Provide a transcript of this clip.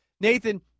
Nathan